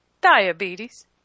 diabetes